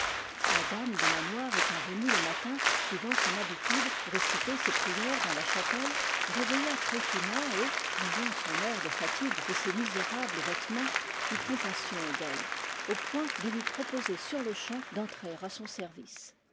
la dame du manoir étant venue le matin suivant son habitude réci ter ses prières dans la chapelle réveilla tryphina et voyant son air de fatigue et ses misérables vêtements eut compas sion d'elle au point de lui proposer sur-le-champ d'entrer à son service